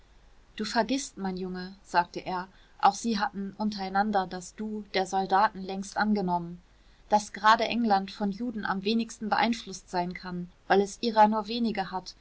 du vergißt mein junge sagte er auch sie hatten untereinander das du der soldaten längst angenommen daß gerade england von juden am wenigsten beeinflußt sein kann weil es ihrer nur wenige hat